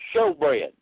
showbread